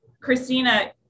Christina